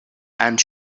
and